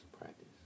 practice